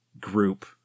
group